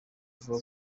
avuga